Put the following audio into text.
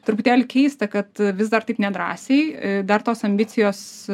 truputėlį keista kad vis dar taip nedrąsiai dar tos ambicijos